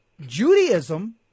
Judaism